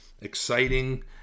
exciting